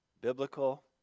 biblical